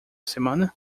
semana